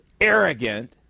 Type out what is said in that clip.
arrogant